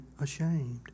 ashamed